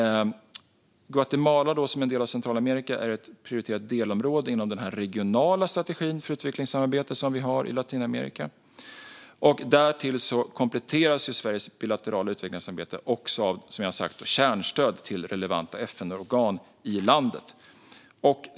Guatemala är som en del av Centralamerika ett prioriterat delområde inom vår regionala strategi för utvecklingssamarbete i Latinamerika. Därtill kompletteras Sveriges bilaterala utvecklingssamarbete också, som jag har sagt, av kärnstöd till relevanta FN-organ i landet.